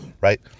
right